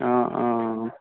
অঁ অঁ